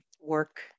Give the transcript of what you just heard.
work